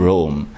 Rome